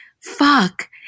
Fuck